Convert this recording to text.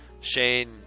Shane